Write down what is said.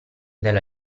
della